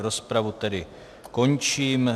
Rozpravu tedy končím.